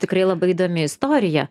tikrai labai įdomi istorija